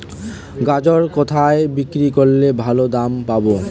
গাজর কোথায় বিক্রি করলে ভালো দাম পাব?